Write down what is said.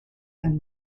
and